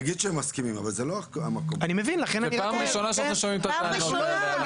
זו פעם ראשונה שאנחנו שומעים את הטענות האלה.